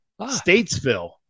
Statesville